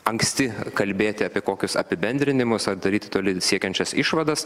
anksti kalbėti apie kokius apibendrinimus ar daryti toli siekiančias išvadas